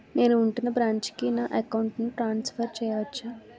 నేను ఉంటున్న బ్రాంచికి నా అకౌంట్ ను ట్రాన్సఫర్ చేయవచ్చా?